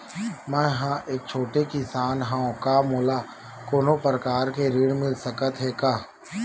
मै ह एक छोटे किसान हंव का मोला कोनो प्रकार के ऋण मिल सकत हे का?